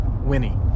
Winnie